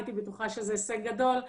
הייתי בטוחה שזה השג גדול,